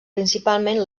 principalment